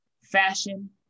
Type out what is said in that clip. fashion